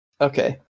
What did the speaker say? okay